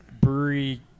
brewery